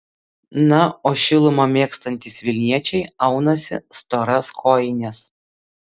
na o šilumą mėgstantys vilniečiai aunasi storas kojines